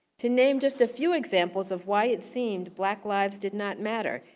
to name just a few examples of why it seemed black lives did not matter,